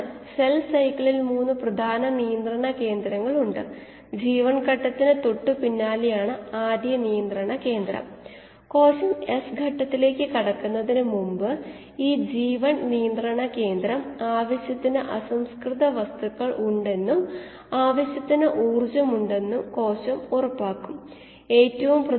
അതിനാൽ സാധ്യമായ ഏറ്റവും ലളിതമായ കേസ് ഞാൻ എടുക്കുന്നു അതിനാൽ ബാച്ചിന്റെ ഉൽപാദനക്ഷമത എന്നത് ബാച്ചിനായി എടുക്കുന്ന സമയം ഹരിക്കണം പരമാവധി കോശ ഗാഢതയാണ് അതായത് ഒരു യൂണിറ്റ് സമയത്തിന് ഒരു യൂണിറ്റ് വ്യാപ്തത്തിൽ ഉൽപാദിപ്പിക്കുന്ന തുക